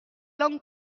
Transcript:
langue